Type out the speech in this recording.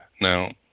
Now